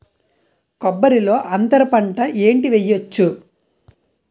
కొబ్బరి లో అంతరపంట ఏంటి వెయ్యొచ్చు?